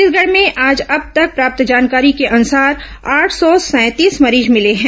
छत्तीसगढ़ में आज अब तक प्राप्त जानकारी के अनुसार आठ सौ सैंतीस मरीज मिले हैं